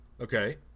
Okay